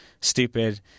stupid